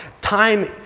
Time